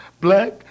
black